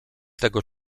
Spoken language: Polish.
tego